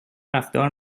رفتار